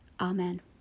amen